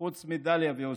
חוץ מדאליה ועוספיא,